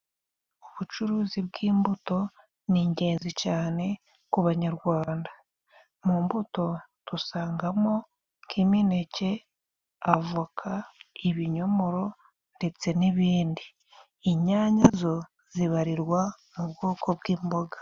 Ubucuruzi bw'imbuto ni ingenzi cane ku banyarwanda. Mu mbuto dusangamo nk'imineke, avoka, ibinyomoro ndetse n'ibindi. Inyanya zo zibarirwa mu bwoko bw'imboga.